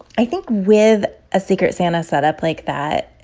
i think with a secret santa set up like that,